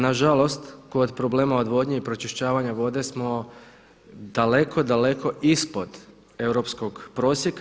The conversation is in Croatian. Nažalost kod problema odvodnje i pročišćavanja vode smo daleko daleko ispod europskog prosjeka.